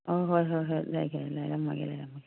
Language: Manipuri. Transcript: ꯑꯧ ꯍꯣꯏ ꯍꯣꯏ ꯍꯣꯏ ꯂꯩꯒꯦ ꯂꯩꯔꯝꯃꯒꯦ ꯂꯩꯔꯝꯃꯒꯦ